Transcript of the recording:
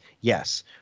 Yes